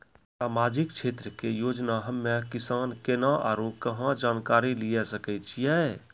समाजिक क्षेत्र के योजना हम्मे किसान केना आरू कहाँ जानकारी लिये सकय छियै?